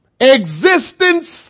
Existence